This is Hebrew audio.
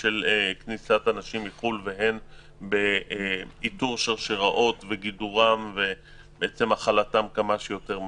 של אנשים מחו"ל והן באיתור שרשראות והכלתן כמה שיותר מהר.